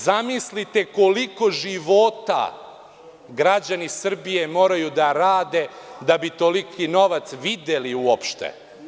Zamislite koliko života građani Srbije moraju da rade da bi toliki novac videli uopšte.